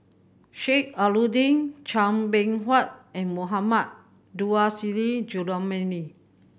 Sheik Alau'ddin Chua Beng Huat and Mohammad Nurrasyid Juraimi